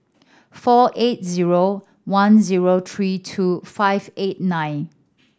four eight zero one zero three two five eight nine